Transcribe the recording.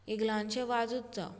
एक ल्हानशें वाझूत जावं